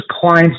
clients